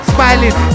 Smiling